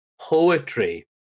poetry